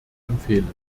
empfehlen